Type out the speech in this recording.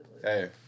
Hey